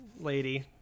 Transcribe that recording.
lady